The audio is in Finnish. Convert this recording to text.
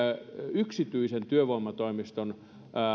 yksityisen työvoimatoimiston